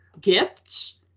gifts